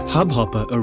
Hubhopper